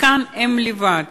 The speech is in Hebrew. וכאן הם לבד,